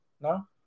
No